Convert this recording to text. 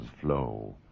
flow